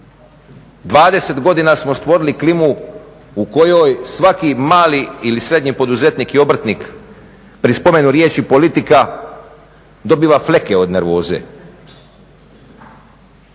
20 godina smo stvorili klimu u kojoj svaki mali ili srednji poduzetnik i obrtnik pri spomenu riječi politika dobiva fleke od nervoze.